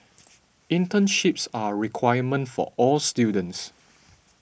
internships are requirement for all students